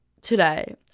today